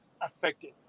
affected